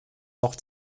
noch